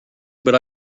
but